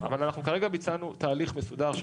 אבל אנחנו כרגע ביצענו תהליך מסודר של